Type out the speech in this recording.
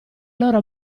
loro